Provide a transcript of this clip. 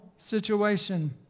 situation